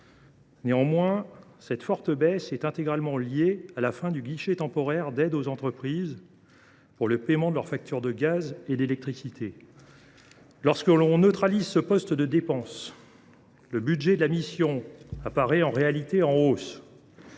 Néanmoins, cette forte baisse est intégralement liée à la fin du guichet temporaire d’aide aux entreprises pour le paiement de leurs factures de gaz et d’électricité. Lorsque l’on neutralise ce poste de dépenses, le budget de la mission apparaît en réalité en hausse.